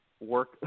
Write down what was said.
work